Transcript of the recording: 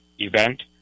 Event